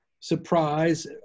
surprise